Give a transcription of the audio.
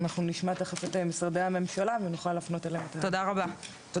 אנחנו נשמע תיכף את משרדי הממשלה ונוכל להפנות אליהם את